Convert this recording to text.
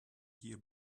year